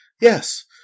Yes